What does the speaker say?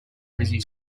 busy